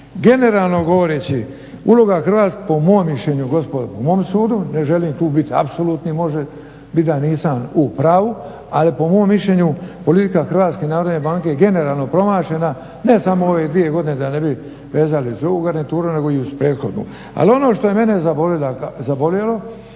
mišljenju, gospodarstva, po mom sudu, ne želim tu biti apsolutni, može biti da nisam u pravu, ali po mom mišljenju politika HNB-a je generalno promašena, ne samo u ove dvije godine da ne bi vezali uz ovu garnituru, nego i uz prethodnu. Ali ono što je mene zabolilo